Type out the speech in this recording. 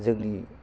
जोंनि